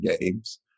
games